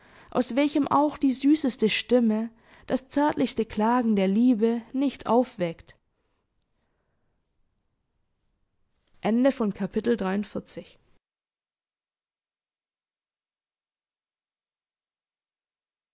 aus welchem auch die süßeste stimme das zärtlichste klagen der liebe nicht aufweckt